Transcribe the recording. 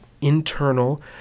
internal